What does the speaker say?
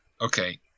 Okay